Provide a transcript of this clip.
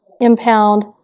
impound